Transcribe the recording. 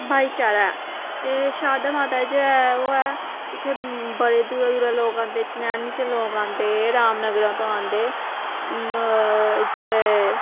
भाईचारा ऐ शारदा माता च ओह् ऐ इ'त्थें बड़े दूरा दूरा लोक आंदे चिनैनी च लोग आंदे रामनगरा तो आंदे इ'त्थें